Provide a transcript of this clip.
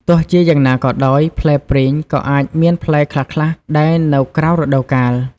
ទោះជាយ៉ាងណាក៏ដោយ ផ្លែព្រីងក៏អាចមានផ្លែខ្លះៗដែរនៅក្រៅរដូវកាល។